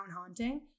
haunting